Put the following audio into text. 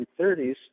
1930s